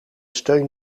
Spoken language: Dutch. steun